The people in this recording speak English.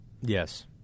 Yes